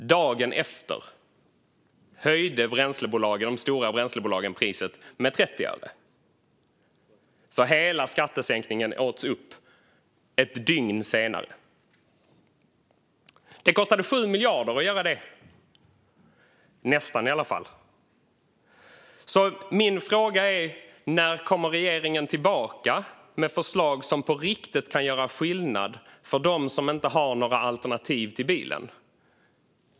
Dagen efter höjde de stora bränslebolagen priset med 30 öre. Hela skattesänkningen åts alltså upp ett dygn senare. Det kostade nästan 7 miljarder att göra detta. Min fråga är: När kommer regeringen tillbaka med förslag som på riktigt kan göra skillnad för dem som inte har några alternativ till bilen?